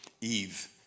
Eve